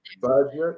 Budget